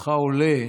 בעודך עולה,